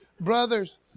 brothers